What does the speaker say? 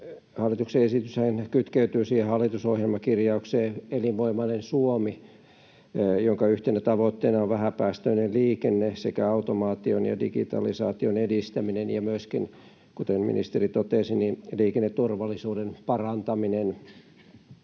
Hallituksen esityshän kytkeytyy hallitusohjelmakirjaukseen ”Elinvoimainen Suomi”, jonka yhtenä tavoitteena on vähäpäästöinen liikenne sekä automaation ja digitalisaation edistäminen ja myöskin, kuten ministeri totesi, liikenneturvallisuuden parantaminen.